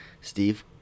Steve